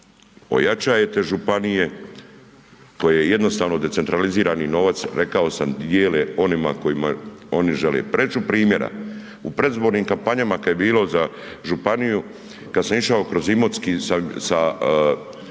ojačajete županije koje jednostavno decentralizirani novac, rekao sam dijele onima kojima oni žele. Reći ću primjera, u predizbornim kampanjama kad je bilo za